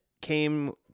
came